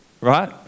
right